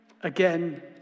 again